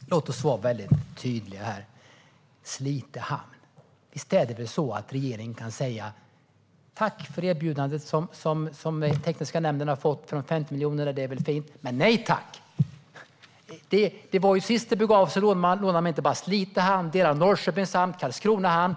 Herr talman! Låt oss vara väldigt tydliga här. När det gäller Slite hamn kan regeringen i stället säga: Tack för erbjudandet som tekniska nämnden har fått, men nej tack! Sist det begav sig lånade man inte bara territorium i Slite hamn, utan man lånade det i Norrköpings hamn och i Karlskronas hamn.